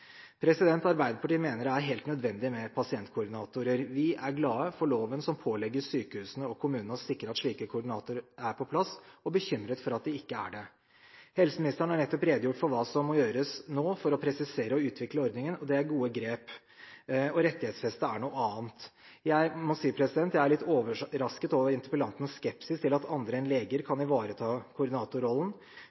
Arbeiderpartiet mener det er helt nødvendig med pasientkoordinatorer. Vi er glade for loven som pålegger sykehusene og kommunene å sikre at slike koordinatorer er på plass, og bekymret for at de ikke er det. Helseministeren har nettopp redegjort for hva som må gjøres nå for å presisere og utvikle ordningen, og det er gode grep. Å rettighetsfeste er noe annet. Jeg må si jeg er litt overrasket over interpellantens skepsis til at andre enn leger kan ivareta koordinatorrollen.